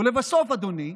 ולבסוף, אדוני,